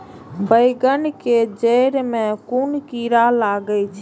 बेंगन के जेड़ में कुन कीरा लागे छै?